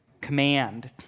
command